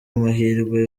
amahirwe